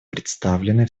представленной